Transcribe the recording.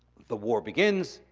the war begins,